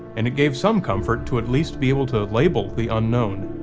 and it gave some comfort to at least be able to label the unknown.